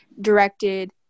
directed